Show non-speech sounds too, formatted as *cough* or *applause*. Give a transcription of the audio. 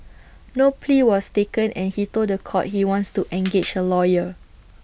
no plea was taken and he told The Court he wants to *noise* engage A lawyer